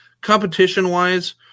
competition-wise